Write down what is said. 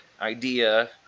idea